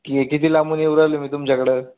कि किती लांबून येऊन राहिलो मी तुमच्याकडं